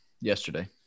yesterday